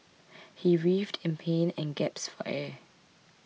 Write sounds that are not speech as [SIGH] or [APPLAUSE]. [NOISE] he writhed in pain and gasped for air